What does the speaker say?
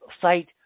site